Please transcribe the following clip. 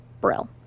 Brill